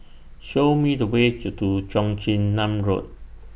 Show Me The Way to Do Cheong Chin Nam Road